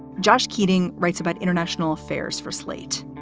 josh keating writes about international affairs for slate.